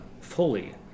fully